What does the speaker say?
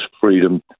freedom